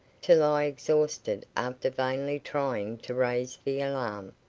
to lie exhausted after vainly trying to raise the alarm.